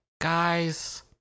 Guys